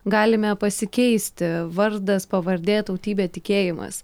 galime pasikeisti vardas pavardė tautybė tikėjimas